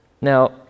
Now